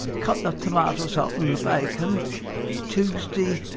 cut the tomatoes up and the bacon tuesday